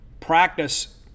practice